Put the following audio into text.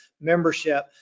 membership